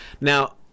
Now